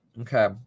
Okay